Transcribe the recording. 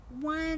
one